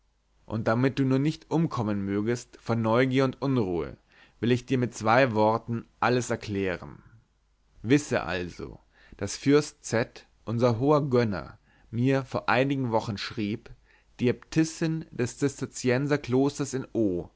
und damit du nur nicht umkommen mögest vor neugier und unruhe will ich dir mit zwei worten alles erklären wisse also daß fürst z unser hoher gönner mir vor einigen wochen schrieb die äbtissin des zisterzienserklosters in o